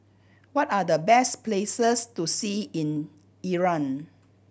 what are the best places to see in Iran